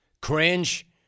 Cringe